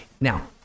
Now